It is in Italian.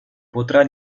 potrà